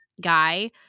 guy